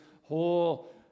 whole